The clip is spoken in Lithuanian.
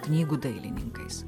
knygų dailininkais